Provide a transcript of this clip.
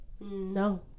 No